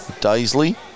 Daisley